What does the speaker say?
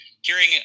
hearing